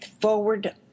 forward